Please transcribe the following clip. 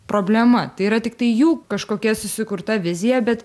problema tai yra tiktai jų kažkokia susikurta vizija bet